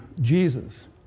Jesus